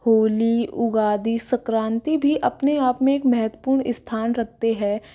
होली उगादि संक्रांति भी अपने आप में एक महत्वपूर्ण स्थान रखते हैं